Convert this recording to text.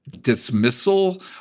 Dismissal